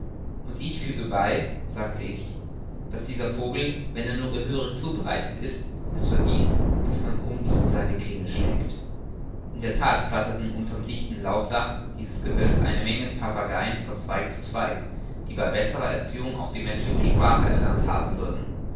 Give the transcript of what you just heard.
und ich füge bei sagte ich daß dieser vogel wenn er nur gehörig zubereitet ist es verdient daß man um ihn seine klinge schlägt in der that flatterten unter'm dichten laubdach dieses gehölzes eine menge papageien von zweig zu zweig die bei besserer erziehung auch die menschliche sprache erlernt haben würden